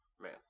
man